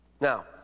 Now